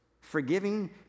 Forgiving